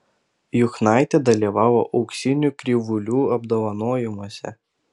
juchnaitė dalyvavo auksinių krivūlių apdovanojimuose